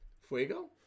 Fuego